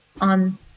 on